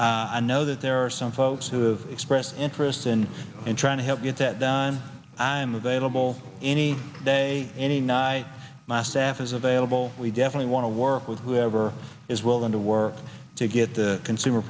season i know that there are some folks who have expressed interest in trying to help get that done i'm available any day any ny my staff is available we definitely want to work with whoever is willing to work to get the consumer